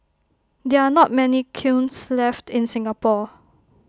there are not many kilns left in Singapore